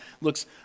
looks